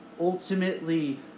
ultimately